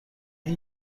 این